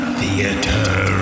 theater